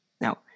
Now